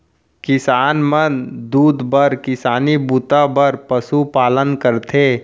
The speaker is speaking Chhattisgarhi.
किसान मन दूद बर किसानी बूता बर पसु पालन करथे